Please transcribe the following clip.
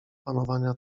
panowania